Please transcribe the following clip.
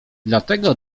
dlatego